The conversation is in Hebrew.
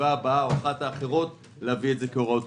בישיבה הבאה או באחת האחרות להביא את זה כהוראות קבועות.